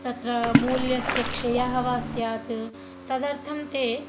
तत्र मूल्यस्य क्षयः वा स्यात् तदर्थं ते